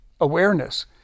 awareness